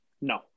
no